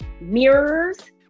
mirrors